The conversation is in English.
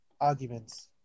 arguments